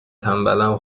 تنبلم